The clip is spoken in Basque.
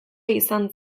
izan